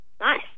Nice